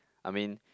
I mean